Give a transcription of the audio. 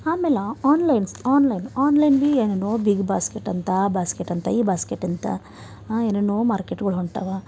ಆಮೇಲೆ onlines online online ಭಿ ಏನೇನೋ ಬಿಗ್ ಬಾಸ್ಕೆಟಂತ ಆ ಬಾಸ್ಕೆಟಂತ ಈ ಬಾಸ್ಕೆಟಂತ ಏನೇನೋ ಮಾರ್ಕೆಟ್ಗಳು ಹೊಂಟಾವ